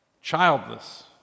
childless